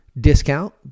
discount